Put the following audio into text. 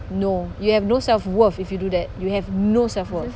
no you have no self-worth if you do that you have no self-worth